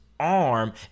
arm